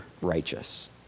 righteous